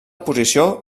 posició